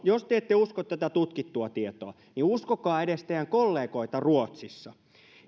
jos te ette usko tätä tutkittua tietoa niin uskokaa edes teidän kollegoitanne ruotsissa